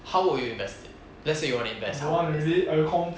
how would you invest it let's say you want to invest how is it